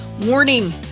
Warning